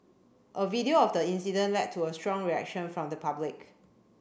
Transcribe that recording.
a video of the incident led to a strong reaction from the public